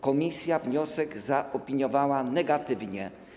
Komisja wniosek zaopiniowała negatywnie.